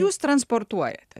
jūs transportuojate